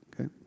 okay